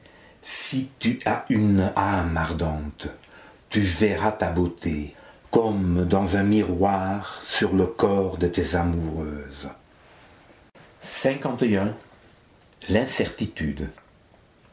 si tu as une âme ardente tu verras ta beauté comme dans un miroir sur le corps de tes amoureuses l'incertitude